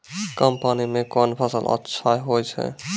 कम पानी म कोन फसल अच्छाहोय छै?